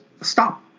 Stop